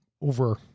over